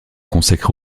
consacrer